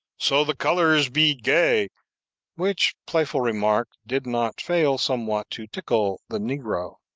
so the colors be gay which playful remark did not fail somewhat to tickle the negro.